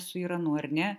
su iranu ar ne